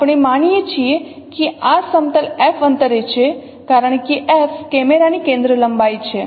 આપણે માની લઈએ છીએ કે આ સમતલ f અંતરે છે કારણ કે f કેમેરાની કેન્દ્રીય લંબાઈ છે